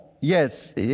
Yes